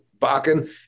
Bakken